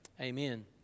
Amen